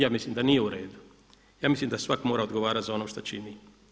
Ja mislim da nije uredu, ja mislim da svak mora odgovarati za ono što čini.